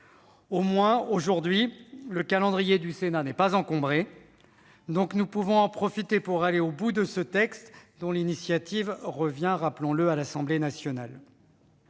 Au moins, aujourd'hui, le calendrier du Sénat n'est pas encombré ; profitons-en pour faire aboutir ce texte dont l'initiative revient, rappelons-le, à l'Assemblée nationale.